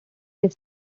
his